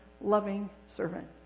loving-servant